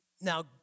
Now